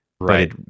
Right